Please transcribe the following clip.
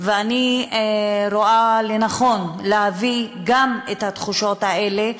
ואני רואה לנכון להביא גם את התחושות האלה,